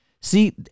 See